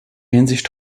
hinsicht